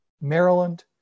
Maryland